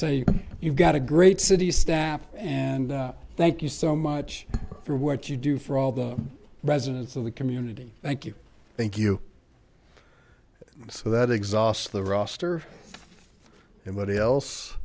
say you've got a great city staff and thank you so much for what you do for all the residents of the community thank you thank you so that exhausts the roster anybody else